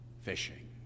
fishing